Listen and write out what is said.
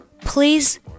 please